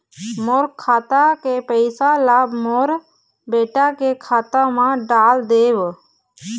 मोर खाता के पैसा ला मोर बेटा के खाता मा डाल देव?